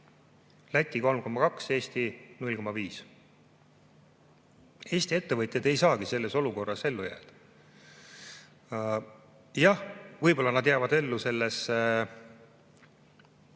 Läti 3,2%, Eesti 0,5%. Eesti ettevõtjad ei saagi selles olukorras ellu jääda. Jah, võib-olla nad jäävad ellu selles